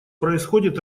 происходит